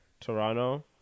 Toronto